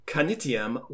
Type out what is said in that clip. Canitiam